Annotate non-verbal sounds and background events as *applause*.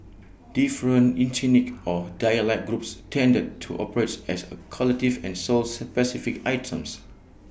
*noise* different ethnic or dialect groups tended to operates as A collective and sold specific items